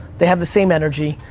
they have the same energy,